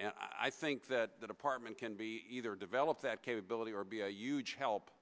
and i think that the department can be either develop that capability or be a huge help